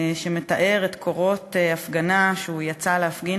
שמתאר את קורות ההפגנה שהוא יצא להפגין